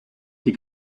die